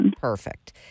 Perfect